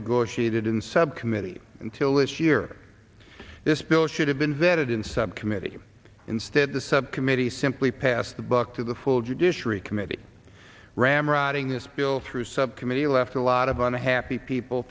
negotiated in subcommittee until this year this bill should have been vetted in subcommittee instead the subcommittee simply pass the buck to the full judiciary committee ramrodding this bill through subcommittee left a lot of unhappy people